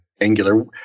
Angular